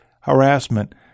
harassment